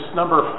number